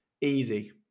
easy